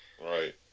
Right